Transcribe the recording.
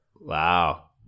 Wow